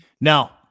Now